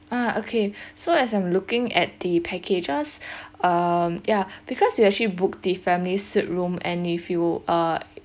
ah okay so as I am looking at the packages um yeah because you actually booked the family suite room and if you uh